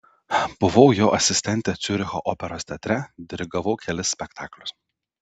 buvau jo asistentė ciuricho operos teatre dirigavau kelis spektaklius